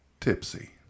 Tipsy